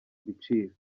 ibiciro